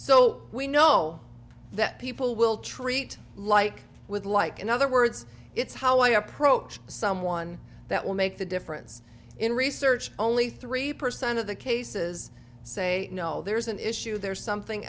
so we know that people will treat like with like in other words it's how i approach someone that will make the difference in research only three percent of the cases say no there is an issue there is something